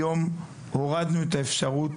היום הורדנו אפשרות